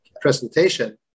presentation